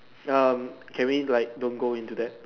ya can we like don't go into that